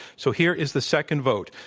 so here is the second vote.